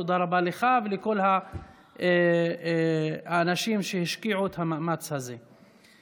תודה רבה לך ולכל האנשים שהשקיעו את המאמץ הזה.